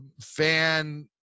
fan –